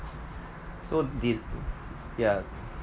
so did yeah